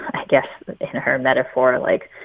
i guess in her metaphor, like,